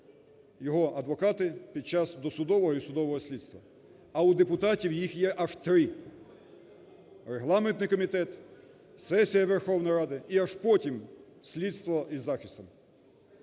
його адвокати під час досудового і судового слідства, а у депутатів їх є аж три – Регламентний комітет, сесія Верховної Ради і аж потім слідство і захист?